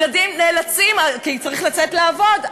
ילדים נאלצים, כי צריך לצאת לעבוד.